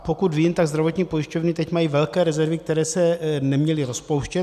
Pokud vím, tak zdravotní pojišťovny mají velké rezervy, které se neměly rozpouštět.